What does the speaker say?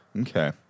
Okay